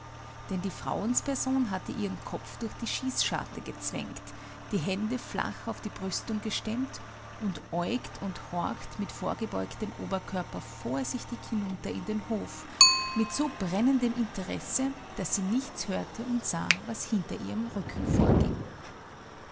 denn die frauensperson hat ihren kopf durch die schießscharte gezwängt die hände flach auf die brüstung gestemmt und äugt und horcht mit vorgebeugtem oberkörper vorsichtig hinunter in den hof mit so brennendem interesse daß sie nichts hörte und sah was hinter ihrem rücken vorging